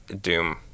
Doom